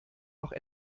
noch